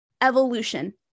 evolution